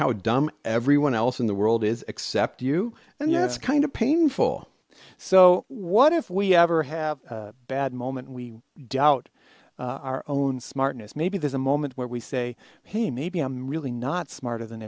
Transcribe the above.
how dumb everyone else in the world is except you and that's kind of painful so what if we ever have a bad moment we doubt our own smartness maybe there's a moment where we say hey maybe i'm really not smarter than